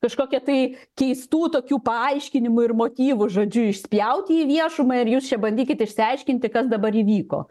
kažkokia tai keistų tokių paaiškinimų ir motyvų žodžiu išspjauti į viešumą ir jūs čia bandykit išsiaiškinti kas dabar įvyko